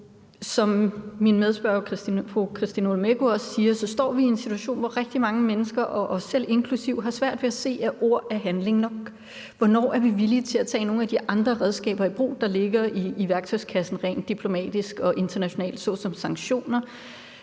i det her er. Som fru Christina Olumeko også siger, står vi en situation, hvor rigtig mange mennesker, os selv inklusive, har svært ved at se at ord er handling nok. Hvornår er vi villige til at tage nogle af de andre redskaber, der ligger i værktøjskassen rent diplomatisk og internationalt, i brug, såsom sanktioner,